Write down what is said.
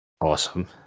Awesome